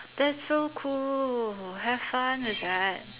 that's so cool have fun with that